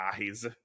eyes